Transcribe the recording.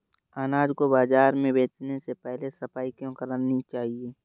अनाज को बाजार में बेचने से पहले सफाई क्यो करानी चाहिए?